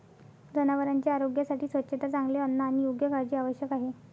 जनावरांच्या आरोग्यासाठी स्वच्छता, चांगले अन्न आणि योग्य काळजी आवश्यक आहे